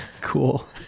cool